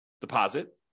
deposit